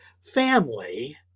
family